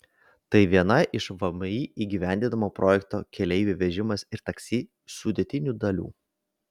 tai viena iš vmi įgyvendinamo projekto keleivių vežimas ir taksi sudėtinių dalių